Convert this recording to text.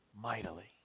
mightily